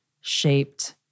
shaped